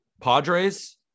Padres